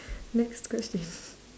next question